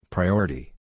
Priority